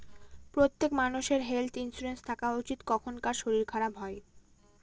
প্রত্যেক মানষের health insurance থাকা উচিত, কখন কার শরীর খারাপ হয়